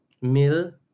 Mill